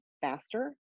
faster